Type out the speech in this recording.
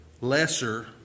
lesser